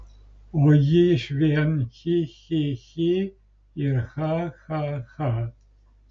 o ji iš vien chi chi chi ir cha cha cha